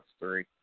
three